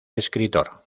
escritor